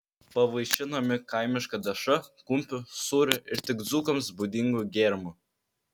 pavaišinami kaimiška dešra kumpiu sūriu ir tik dzūkams būdingu gėrimu